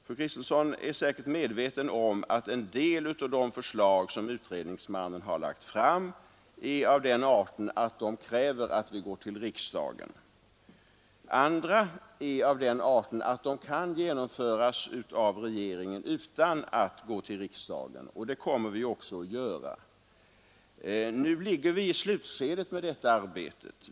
Fru Kristensson är säkert medveten om att en del av de förslag som utredningsmannen har lagt fram är av den arten att de kräver att vi går till riksdagen. Andra är av den arten att de kan genomföras av regeringen utan att vi går till riksdagen, och det kommer vi också att göra. Arbetet befinner sig nu i slutskedet.